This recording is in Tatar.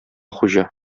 хуҗа